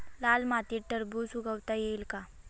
लाल मातीत टरबूज उगवता येईल का?